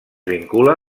vincula